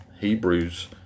Hebrews